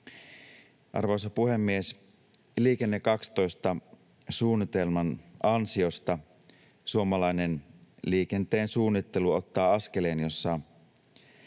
Arvoisa puhemies! Liikenne 12 ‑suunnitelman ansiosta suomalainen liikenteen suunnittelu ottaa askeleen, jossa